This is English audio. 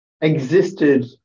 existed